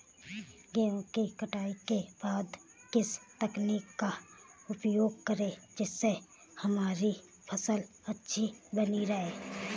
गेहूँ की कटाई के बाद किस तकनीक का उपयोग करें जिससे हमारी फसल अच्छी बनी रहे?